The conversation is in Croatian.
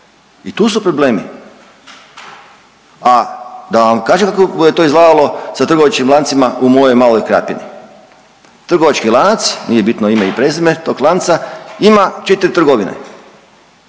I tu su problemi. A da vam kažem kako je to izgledalo sa trgovačkim lancima u mojoj maloj Krapini. Trgovački lanac, nije bitno ime i prezime tog lanca ima 4 trgovine.